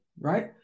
right